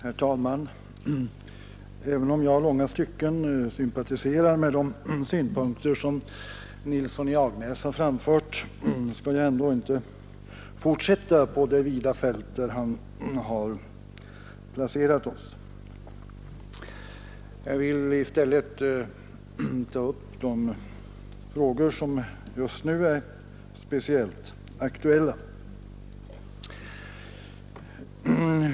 Herr talman! Även om jag i långa stycken sympatiserar med de synpunkter som herr Nilsson i Agnäs här framfört skall jag ändå inte fortsätta på det vida fält som herr Nilsson beträdde. I stället skall jag ta upp några av de frågor som just nu är speciellt aktuella.